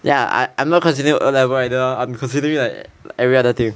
ya I I'm not considering O level either I'm considering like every other thing